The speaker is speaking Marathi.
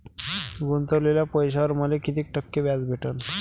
गुतवलेल्या पैशावर मले कितीक टक्के व्याज भेटन?